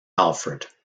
alfred